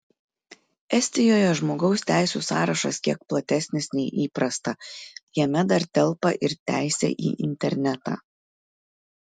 estijoje žmogaus teisių sąrašas kiek platesnis nei įprasta jame dar telpa ir teisė į internetą